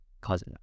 cause